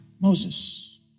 Moses